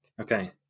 Okay